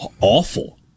awful